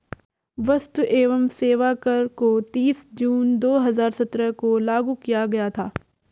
वस्तु एवं सेवा कर को तीस जून दो हजार सत्रह को लागू किया गया था